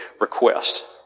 request